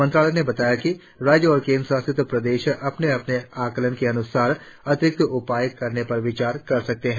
मंत्रालय ने बताया कि राज्य और केंद्र शासित प्रदेश अपने अपने आकलन के अन्सार अतिरिक्त उपाय करने पर विचार कर सकते हैं